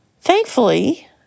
Thankfully